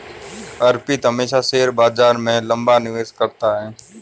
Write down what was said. अर्पित हमेशा शेयर बाजार में लंबा निवेश करता है